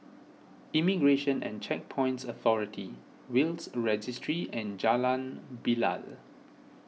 Immigration and Checkpoints Authority Will's Registry and Jalan Bilal